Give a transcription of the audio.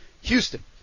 Houston